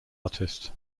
artist